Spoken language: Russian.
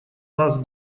нас